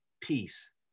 peace